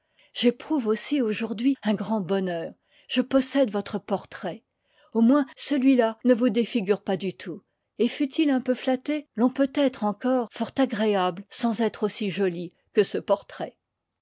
prouve aussi aujourd'hui un grand bonheur je possède votre portrait au moins celui-là ne vous défigure pas du tout et fût-il un peu flatté l'on peut être encore fort agréable sans être aussi jolie que ce j portrait